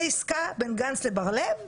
זו עסקה בין גנץ לבר לב,